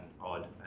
odd